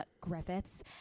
Griffiths